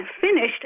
finished